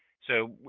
so,